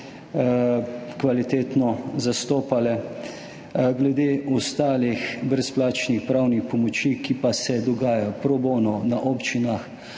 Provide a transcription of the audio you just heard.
kvalitetno zastopali. Glede ostalih brezplačnih pravnih pomoči, ki se dogajajo pro bono na občinah